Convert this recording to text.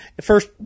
first